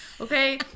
Okay